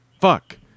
Fuck